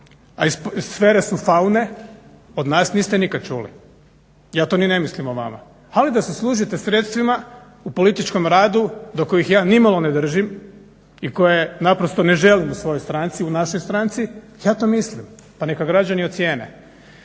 iz sfere su faune od nas niste nikada čuli. Ja to ni ne mislim o vama, ali da se služite sredstvima u političkom radu do kojih ja nimalo ne držim i koje naprosto ne želim u svojoj stranici u našoj stranci, ja to mislim, pa neka građani ocjene.